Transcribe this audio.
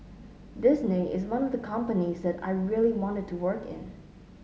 Disney is one of the companies that I really wanted to work in